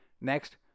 Next